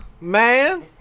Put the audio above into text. man